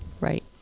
Right